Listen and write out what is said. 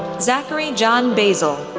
zachary john basel,